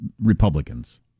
Republicans